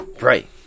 Right